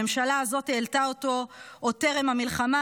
הממשלה הזאת העלתה אותו עוד טרם המלחמה,